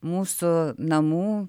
mūsų namų